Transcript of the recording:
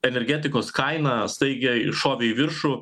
energetikos kaina staigiai iššovė į viršų